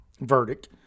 verdict